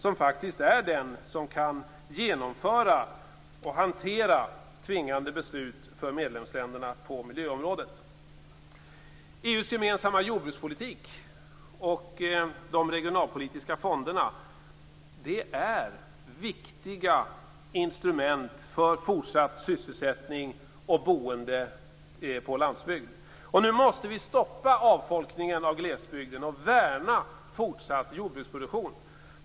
Det är denna gemenskap som kan genomföra och hantera tvingande beslut för medlemsländerna på miljöområdet. EU:s gemensamma jordbrukspolitik och de regionalpolitiska fonderna är viktiga instrument för fortsatt sysselsättning och boende på landsbygden. Nu måste vi stoppa avfolkningen av glesbygden och värna fortsatt jordbruksproduktion.